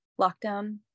lockdown